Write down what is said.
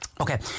Okay